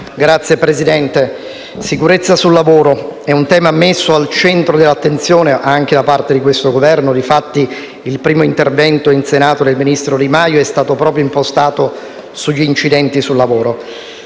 Signor Presidente, la sicurezza sul lavoro è un tema messo al centro dell'attenzione anche da parte di questo Governo. Difatti, il primo intervento in Senato del ministro Di Maio è stato proprio impostato sugli incidenti sul lavoro.